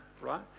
right